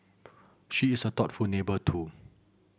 she is a thoughtful neighbour too